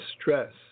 stress